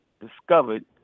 discovered